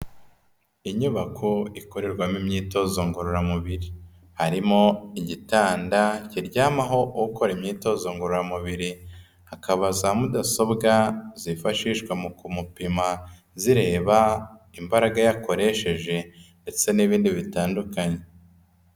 Inyubako ikorerwamo imyitozo ngororamubiri, harimo igitanda kiryamaho ukora imyitozo ngororamubiri, akaba za mudasobwa zifashishwa mu kumupima, zireba imbaraga yakoresheje ndetse n'ibindi bitandukanye.